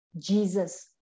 Jesus